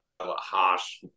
harsh